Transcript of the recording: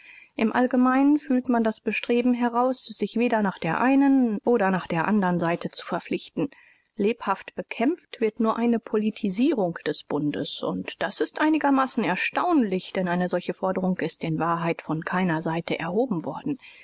im allgemeinen fühlt man das bestreben heraus sich weder nach der einen oder nach der andern seite zu verpflichten lebhaft bekämpft wird nur eine politisierung des bundes und das ist einigermaßen erstaunlich denn eine solche forderung ist in wahrheit von keiner seite erhoben worden